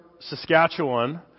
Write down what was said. Saskatchewan